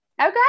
Okay